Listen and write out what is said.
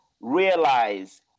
realize